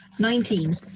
Nineteen